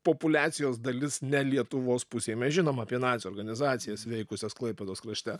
populiacijos dalis ne lietuvos pusėj mes žinom apie nacių organizacijas veikusias klaipėdos krašte